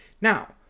Now